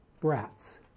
brats